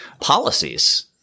policies